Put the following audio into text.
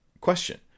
question